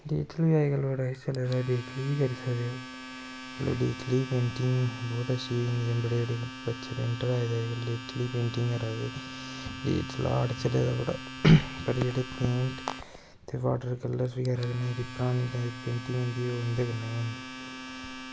digitally बी अज्ज कल बड़ा किश चले दा डिजटली बी करी सकनें आं डिजटली पेंटिंग बौह्त अच्छी होंदी ऐ बड़े बड़े बच्चे पेंटर आए दे रिलेटली पेंटिंग करा दे डिजटल आर्ट चले दा बड़ा पर जेह्ड़े पेंट ते बाट्टर कल्लर कन्नै जेह्ड़ी परानी पेंटिंग होंदी ही ओह् इंदे कन्नै गै होंदी ही